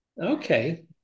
Okay